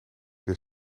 weer